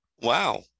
Wow